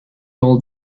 all